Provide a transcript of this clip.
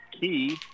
key